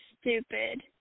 stupid